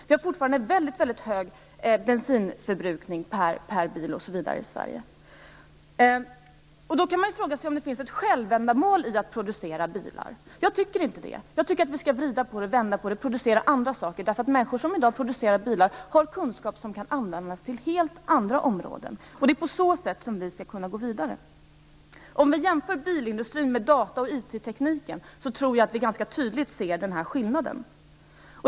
Vi har fortfarande väldigt hög bensinförbrukning per bil i Sverige. Man kan då fråga sig om det finns ett självändamål i att producera bilar. Jag tycker inte det. Jag tycker att vi skall vrida och vända på det och producera andra saker - människor som i dag producerar bilar har kunskap som kan användas till helt andra områden. Det är på så sätt vi skall kunna gå vidare. Om vi jämför bilindustrin med data och IT tekniken tror jag att vi ganska tydligt ser skillnaden.